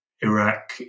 Iraq